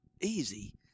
easy